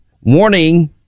warning